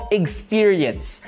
experience